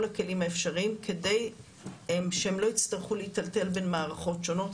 הכלים האפשריים כדי שהם לא יצטרכו להיטלטל בין מערכות שונות.